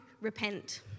repent